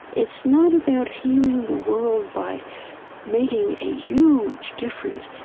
it's not about healing the world by making a huge difference.